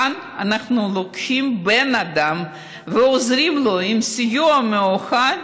כאן אנחנו לוקחים בן אדם ועוזרים לו עם סיוע מיוחד